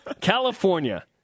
California